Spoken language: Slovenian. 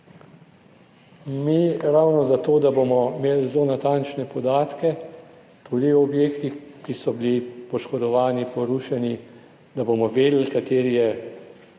mi ravno zato, da bomo imeli zelo natančne podatke tudi o objektih, ki so bili poškodovani, porušeni, da bomo vedeli kateri je,